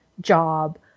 job